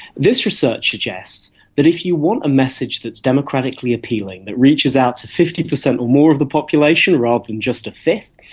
this research suggests that if you want a message that is democratically appealing, that reaches out to fifty percent or more of the population rather than just a fifth,